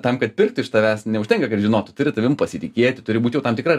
tam kad pirktų iš tavęs neužtenka kad žinotų turi tavim pasitikėti turi būt jau tam tikra